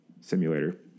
simulator